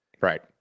Right